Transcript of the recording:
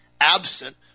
absent